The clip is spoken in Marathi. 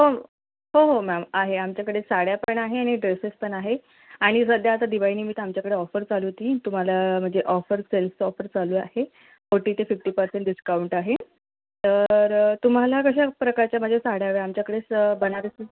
हो हो हो मॅम आहे आमच्याकडे साड्या पण आहे आणि ड्रेसेस पण आहे आणि सध्या आता दिवाळीनिमित्त आमच्याकडे ऑफर चालू होती तुम्हाला म्हणजे ऑफर सेल्स ऑफर चालू आहे फोर्टी ते फिफ्टी पर्सेंट डिस्काउंट आहे तर तुम्हाला कशा प्रकारच्या म्हणजे साड्या हव्या आहे आमच्याकडे स् बनारसी